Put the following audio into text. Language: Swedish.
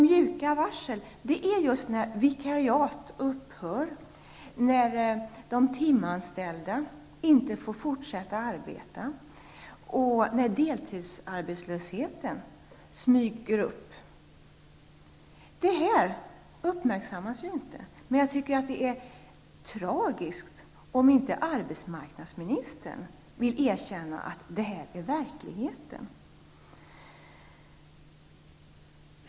Sådana varsel är just när vikariat upphör, när de timanställda inte får fortsätta att arbeta och när deltidsarbetslösheten smyger fram. Detta är något som inte uppmärksammas, och det är tragiskt om inte arbetsmarknadsministern erkänner att detta är en verklighet.